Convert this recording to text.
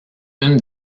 une